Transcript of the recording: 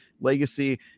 Legacy